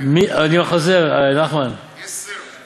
אני חוזר, נחמן, יס סר.